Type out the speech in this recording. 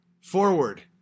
forward